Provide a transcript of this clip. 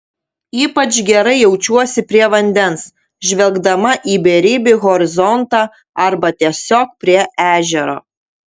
ypač gerai jaučiuosi prie vandens žvelgdama į beribį horizontą arba tiesiog prie ežero